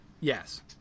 Yes